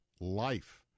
LIFE